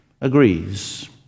agrees